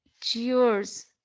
Cheers